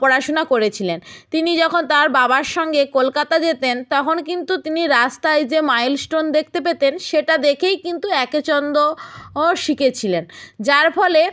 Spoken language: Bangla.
পড়াশুনা করেছিলেন তিনি যখন তার বাবার সঙ্গে কলকাতা যেতেন তখন কিন্তু তিনি রাস্তায় যে মাইলস্টোন দেখতে পেতেন সেটা দেখেই কিন্তু একে চন্দ্র ও শিখেছিলেন যার ফলে